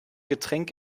getränk